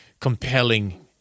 compelling